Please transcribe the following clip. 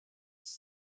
ist